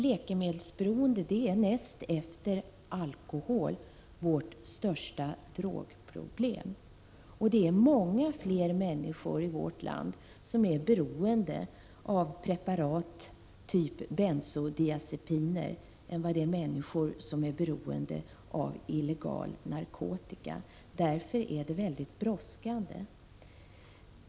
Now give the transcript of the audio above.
Läkemedelsberoende är näst efter alkoholberoende vårt största drogproblem, och det är många fler människor i vårt land som är beroende av preparat typ bensodiazepiner än människor som är beroende av illegal narkotika. Därför är denna fråga mycket brådskande.